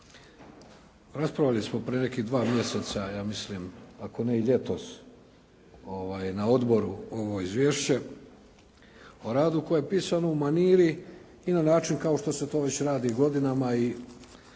Raspravili smo prije nekih dva mjeseca ja mislim, ako ne i ljetos na odboru ovo izvješće o radu koje je pisano u maniri i na način kao što se to već radi već godinama i